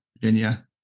Virginia